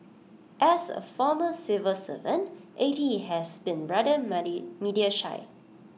as A former civil servant A T has been rather money media shy